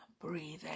breathing